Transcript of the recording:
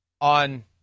on